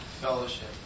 Fellowship